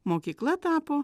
mokykla tapo